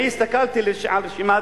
אני הסתכלתי על רשימת